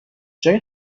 جای